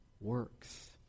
works